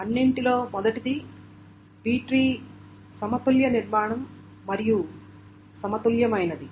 అన్నింటిలో మొదటిది B tree సమతుల్య నిర్మాణం మరియు సమతుల్యమైనది